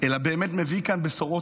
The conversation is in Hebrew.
אלא באמת מביא כאן בשורות